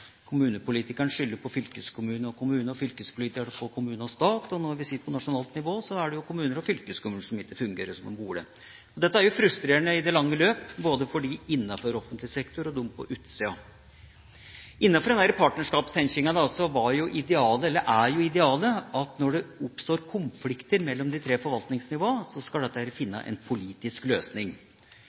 skylder på fylkeskommune og stat og fylkespolitikeren på kommune og stat, og når vi sitter på nasjonalt nivå, er det kommuner og fylkeskommuner som ikke fungerer som de burde. Dette er jo frustrerende i det lange løp, både for dem innafor offentlig sektor og for dem på utsida. Innafor denne partnerskapstenkinga er jo idealet at når det oppstår konflikter mellom de tre forvaltningsnivåene, skal dette finne en politisk løsning.